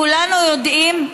כולנו יודעים,